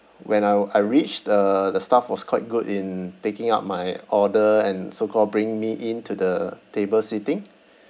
when I I reached the the staff was quite good in taking up my order and so call bring me in to the table seating